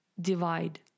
divide